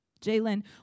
Jalen